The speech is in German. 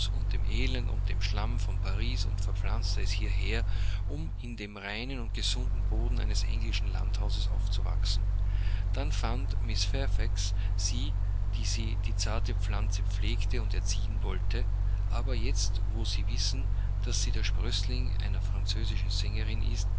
und dem elend und dem schlamme von paris und verpflanzte es hierher um in dem reinen und gesunden boden eines englischen landhauses aufzuwachsen dann fand mrs fairfax sie die sie die zarte pflanze pflegen und erziehen wollen aber jetzt wo sie wissen daß sie der sprößling einer französischen sängerin ist